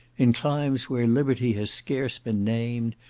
in climes where liberty has scarce been named,